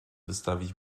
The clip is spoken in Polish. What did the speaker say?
wystawić